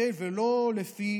ולא רק לפי